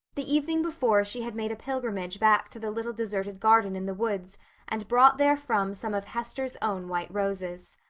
the evening before she had made a pilgrimage back to the little deserted garden in the woods and brought therefrom some of hester's own white roses.